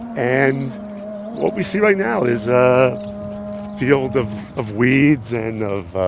and what we see right now is a field of of weeds and of